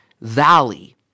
valley